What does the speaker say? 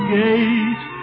gate